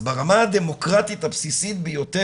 אז ברמה הדמוקרטית הבסיסית ביותר,